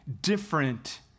different